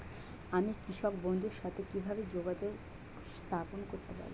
আমি কৃষক বন্ধুর সাথে কিভাবে যোগাযোগ স্থাপন করতে পারি?